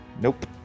nope